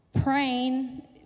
praying